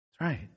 Right